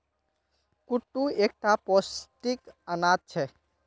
कुट्टू एक टा पौष्टिक अनाज छे